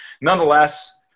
nonetheless